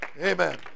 Amen